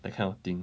that kind of thing